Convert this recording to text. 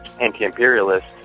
anti-imperialist